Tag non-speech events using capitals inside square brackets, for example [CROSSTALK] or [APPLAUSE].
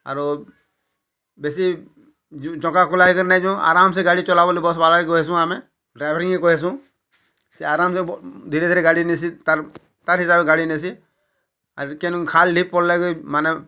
ଆରୁ ବେଶୀ [UNINTELLIGIBLE] ଆରାମ୍ ସେ ଗାଡ଼ି ଚଲାବା ବୋଲି ବସ୍ ବାଲା କେଁ କହିସୁଁ ଆମେ ଡ୍ରାଇଭରିଙ୍ଗ୍ ସେ କହେସୁ ସେ ଆରାମ୍ ସେ ଧୀରେ ଧୀରେ ଗାଡ଼ି ନେଇସି ତାର୍ ତାର୍ ହିସାବରେ ଗାଡ଼ି ନେଇସି ଆର୍ କେନୁ ଖାଲ୍ ଢିପ୍ ପଡ଼ିଲା [UNINTELLIGIBLE] ମାନେ